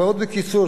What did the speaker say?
מאוד בקיצור,